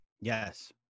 Yes